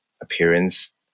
appearance